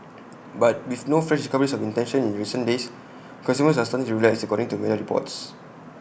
but with no fresh discoveries of intention in recent days consumers are starting to relax according to media reports